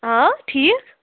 ٹھیٖک